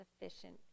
sufficient